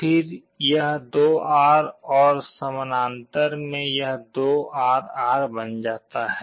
फिर यह 2R और समानांतर में यह 2R R बन जाता है